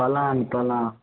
पलङ्ग पलङ्ग